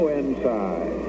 inside